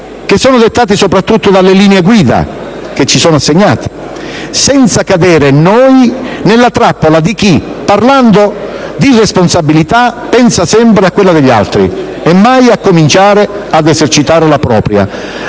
compiti, dettati soprattutto dalle linee guida assegnateci, senza cadere nella trappola di chi, parlando di responsabilità, pensa sempre a quella degli altri e mai a cominciare ad esercitare la propria.